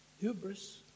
hubris